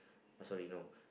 sorry no